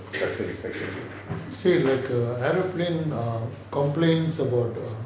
special inspection